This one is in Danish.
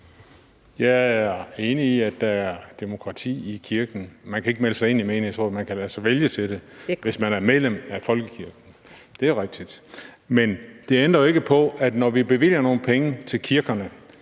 Jeg er enig i, at der er demokrati i kirken. Man kan ikke melde sig ind i menighedsrådet; man kan lade sig vælge til det, hvis man er medlem af folkekirken. Det er rigtigt. Men det ændrer jo ikke på, at når vi bevilger nogle penge til kirkerne,